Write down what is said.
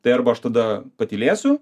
tai arba aš tada patylėsiu